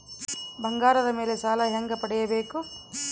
ಬಂಗಾರದ ಮೇಲೆ ಸಾಲ ಹೆಂಗ ಪಡಿಬೇಕು?